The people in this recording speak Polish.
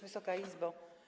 Wysoka Izbo!